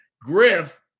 Griff